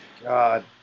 God